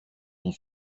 sont